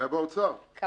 הוא